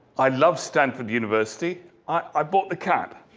i love stanford university i bought the cap.